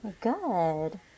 good